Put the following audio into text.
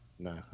No